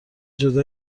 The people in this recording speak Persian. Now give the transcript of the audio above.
جدا